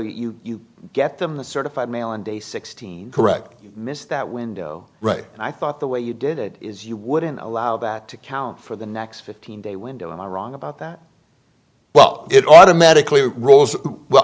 so you get them the certified mail on day sixteen correct miss that window right i thought the way you did it is you wouldn't allow that to count for the next fifteen day window am i wrong about that well it automatically rules well